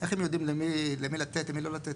איך הם יודעים למי, למי לתת, למי לא לתת?